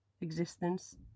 existence